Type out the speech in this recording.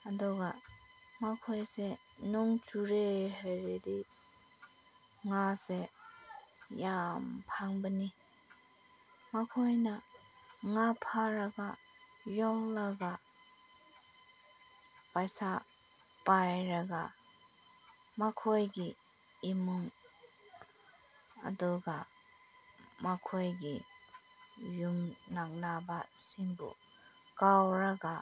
ꯑꯗꯨꯒ ꯃꯈꯣꯏꯁꯦ ꯅꯣꯡ ꯆꯨꯔꯦ ꯍꯥꯏꯔꯗꯤ ꯉꯥꯁꯦ ꯌꯥꯝ ꯐꯪꯕꯅꯤ ꯃꯈꯣꯏꯅ ꯉꯥ ꯐꯥꯔꯒ ꯌꯣꯜꯂꯒ ꯄꯩꯁꯥ ꯄꯥꯏꯔꯒ ꯃꯈꯣꯏꯒꯤ ꯏꯃꯨꯡ ꯑꯗꯨꯒ ꯃꯈꯣꯏꯒꯤ ꯌꯨꯝ ꯅꯛꯅꯕꯁꯤꯡꯕꯨ ꯀꯧꯔꯒ